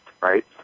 right